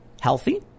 healthy